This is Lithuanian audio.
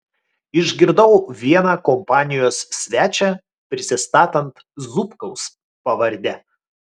išgirdau vieną kompanijos svečią prisistatant zubkaus pavarde